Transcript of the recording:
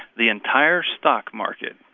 the entire stock market?